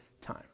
time